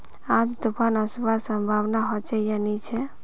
आज तूफ़ान ओसवार संभावना होचे या नी छे?